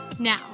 Now